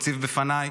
הציג בפניי.